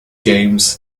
games